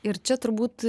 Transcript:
ir čia turbūt